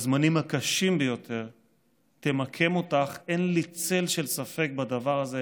בזמנים הקשים ביותר תמקם אותך אין לי צל של ספק בדבר הזה,